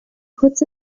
puts